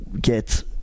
get